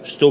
stu